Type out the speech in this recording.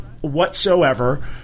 whatsoever